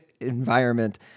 environment